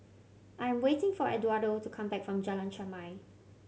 I am waiting for Edwardo to come back from Jalan Chermai